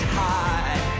high